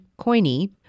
Coiny